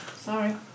Sorry